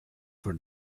for